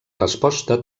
resposta